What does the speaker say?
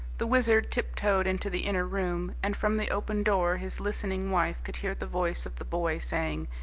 the wizard tip-toed into the inner room, and from the open door his listening wife could hear the voice of the boy saying,